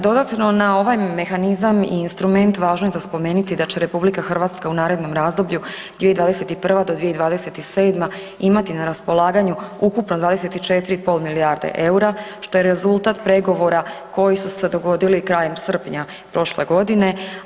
Dodatno na ovaj mehanizam i instrument važno je za spomenuti da će RH u narednom razdoblju 2021.-2027. imati na raspolaganju ukupno 24,5 milijarde EUR-a, što je rezultat pregovora koji su se dogodili krajem srpnja prošle godine.